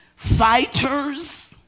Fighters